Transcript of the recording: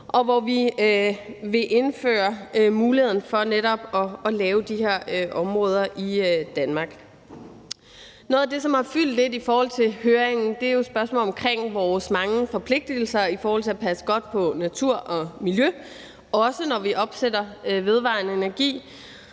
og hvor vi netop vil indføre muligheden for at have de her områder i Danmark. Noget af det, som har fyldt lidt i forbindelse med høringen, er jo spørgsmålet omkring vores mange forpligtelser i forhold til at passe godt på naturen og miljøet, også når vi opsætter vedvarende energi,